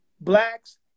Blacks